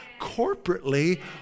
corporately